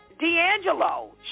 d'angelo